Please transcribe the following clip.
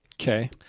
Okay